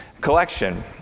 collection